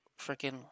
freaking